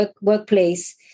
workplace